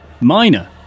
minor